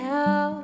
Now